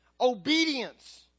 Obedience